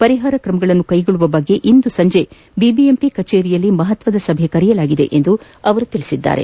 ಪರಿಹಾರ ಕ್ರಮಗಳನ್ನು ಕೈಗೊಳ್ಳುವ ಕುರಿತು ಇಂದು ಸಂಜೆ ಬಿಬಿಎಂಪಿ ಕಚೇರಿಯಲ್ಲಿ ಮಹತ್ವದ ಸಭೆ ಕರೆಯಲಾಗಿದೆ ಎಂದು ಹೇಳಿದರು